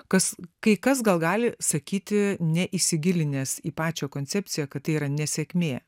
kas kai kas gal gali sakyti neįsigilinęs į pačią koncepciją kad tai yra nesėkmė